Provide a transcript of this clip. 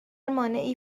مانعی